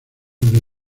del